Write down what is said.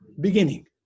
beginning